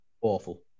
awful